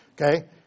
Okay